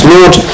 Lord